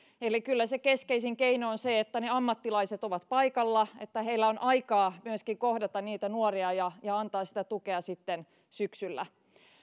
eli kyllä se keskeisin keino on se että ne ammattilaiset ovat paikalla että heillä on aikaa myöskin kohdata niitä nuoria ja ja antaa sitä tukea sitten syksyllä